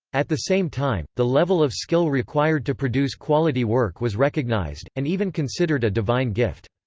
at the same time, the level of skill required to produce quality work was recognized, and even considered a divine gift.